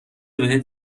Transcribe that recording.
بهت